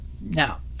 Now